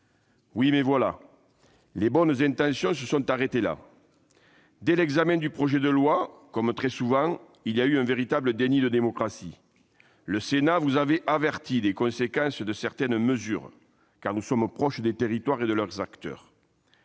Malheureusement, les bonnes intentions se sont arrêtées là. Dès l'examen du projet de loi, comme très souvent, nous avons assisté à un véritable déni de démocratie. Le Sénat vous avait averti des conséquences de certaines mesures, car nous sommes proches des territoires et de leurs acteurs.